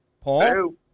Paul